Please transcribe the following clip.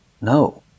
No